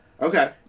Okay